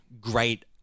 great